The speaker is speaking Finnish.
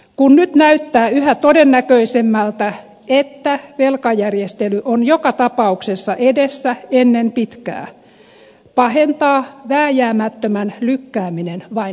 kun nyt näyttää yhä todennäköisemmältä että velkajärjestely on joka tapauksessa edessä ennen pitkää pahentaa vääjäämättömän lykkääminen vain tilannetta